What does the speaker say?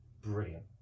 brilliant